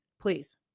please